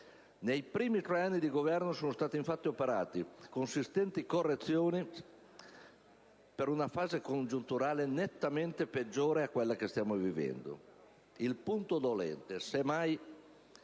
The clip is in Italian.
Nei primi tre anni di Governo sono stati infatti operate consistenti correzioni in una fase congiunturale nettamente peggiore di quella che stiamo vivendo. Il punto dolente, semmai